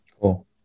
Cool